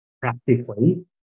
practically